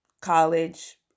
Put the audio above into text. college